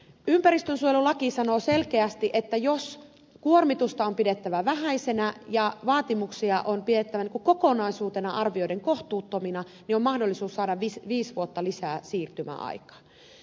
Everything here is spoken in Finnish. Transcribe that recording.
ympäristönsuojelulaki sanoo selkeästi että jos kuormitusta on pidettävä vähäisenä ja vaatimuksia on pidettävä kokonaisuutena arvioiden kohtuuttomina on mahdollisuus saada viisi vuotta lisää siirtymäaikaa